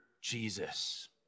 Jesus